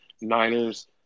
Niners